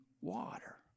water